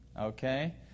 Okay